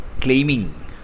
claiming